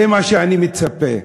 זה מה שאני מצפה.